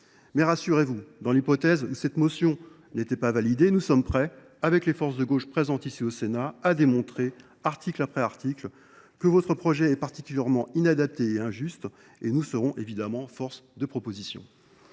Mais rassurez vous : dans l’hypothèse où cette motion ne serait pas adoptée, nous sommes prêts, avec les forces de gauche présentes ici au Sénat, à démontrer, article après article, que votre projet est particulièrement inadapté et injuste. Nous serons évidemment force de proposition.